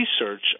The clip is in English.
research